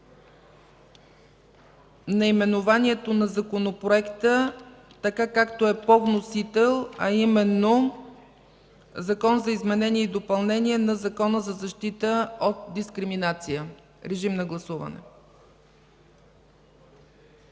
наименованието на Законопроекта, както е по вносител, а именно „Закон за изменение и допълнение на Закона за защита от дискриминация”. Гласували